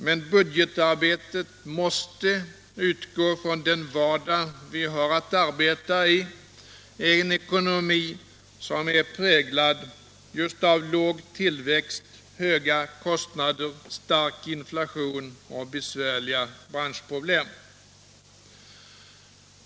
Men budgetarbetet måste utgå från den vardag vi har att arbeta i — en ekonomi som är präglad just av låg tillväxt, höga kostnader, stark inflation och besvärliga branschproblem.